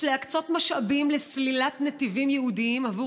יש להקצות משאבים לסלילת נתיבים ייעודיים עבור